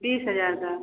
बीस हजार का